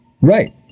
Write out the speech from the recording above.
Right